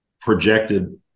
projected